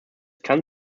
kann